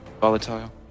volatile